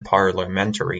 parliamentary